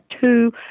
two